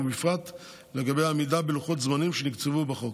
ובפרט לגבי עמידה בלוחות הזמנים שנקצבו בחוק.